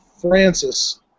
Francis